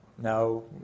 No